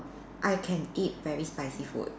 I can eat very spicy food